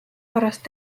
pärast